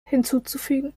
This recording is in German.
hinzuzufügen